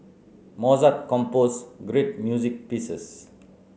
Mozart composed great music pieces